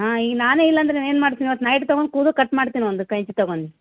ಹಾಂ ಈಗ ನಾನೇ ಇಲ್ಲಂದ್ರೆ ಏನು ಮಾಡ್ತೀನಿ ಇವತ್ತು ನೈಟ್ ತಗೊಂಡು ಕೂದಲು ಕಟ್ ಮಾಡ್ತೀನಿ ಅವಂದು ಕೈಯ್ಸಿ ತಗೊಂಡು